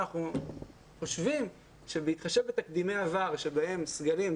אנחנו חושבים שבהתחשב בתקדימי עבר בהם סגלים,